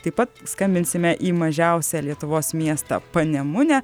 taip pat skambinsime į mažiausią lietuvos miestą panemunę